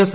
S